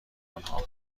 آنها